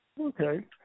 Okay